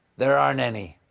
there aren't any.